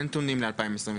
אין נתונים ל-2022.